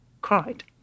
cried